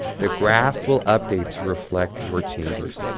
the graph will update to reflect your changes.